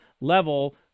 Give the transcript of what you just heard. level